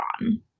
on